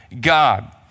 God